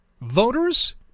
voters